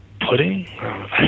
pudding